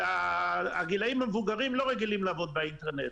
והגילים המבוגרים לא רגילים לעבוד באינטרנט.